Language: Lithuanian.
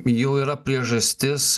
jau yra priežastis